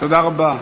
תודה רבה.